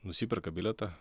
nusiperka bilietą